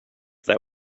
that